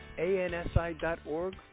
ANSI.org